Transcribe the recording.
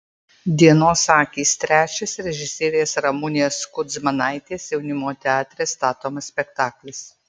dienos akys trečias režisierės ramunės kudzmanaitės jaunimo teatre statomas spektaklis